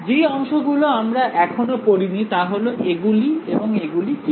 যেই অংশগুলো আমরা এখনও পড়িনি তা হল এগুলি এবং এগুলি কি কি